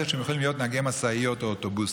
שהם יכולים להיות נהגי משאיות או אוטובוסים,